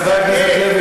חבר הכנסת לוי,